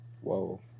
whoa